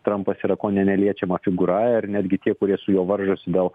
trampas yra kone neliečiama figūra ir netgi tie kurie su juo varžosi dėl